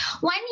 One